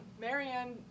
Marianne